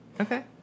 Okay